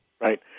Right